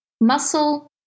Muscle